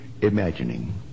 imagining